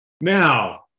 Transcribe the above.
now